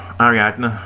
Ariadne